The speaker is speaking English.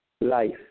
life